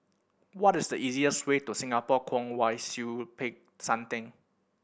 what is the easiest way to Singapore Kwong Wai Siew Peck San Theng